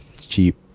cheap